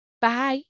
Bye